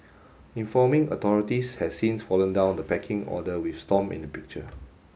informing authorities has since fallen down the pecking order with Stomp in the picture